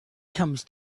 comes